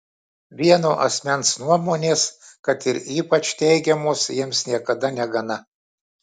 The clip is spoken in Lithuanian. vieno asmens nuomonės kad ir ypač teigiamos jiems niekada negana